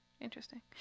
Interesting